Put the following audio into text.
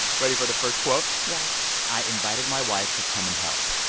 ready for the first quote? yes i invited my wife to come and help.